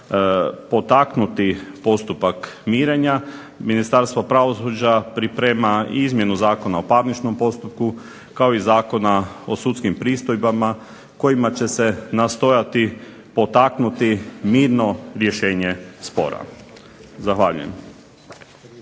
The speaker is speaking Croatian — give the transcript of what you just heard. potaknuti postupak mirenja. Ministarstvo pravosuđa priprema i izmjenu Zakona o parničnom postupku, kao i Zakona o sudskim pristojbama kojima će se nastojati potaknuti mirno rješenje spora. Zahvaljujem.